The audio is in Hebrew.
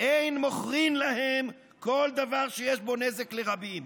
"אין מוכרין להם כל דבר שיש בו נזק לרבים,